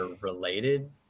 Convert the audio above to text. related